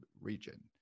region